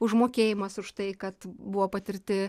užmokėjimas už tai kad buvo patirti